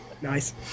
nice